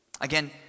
Again